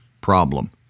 problem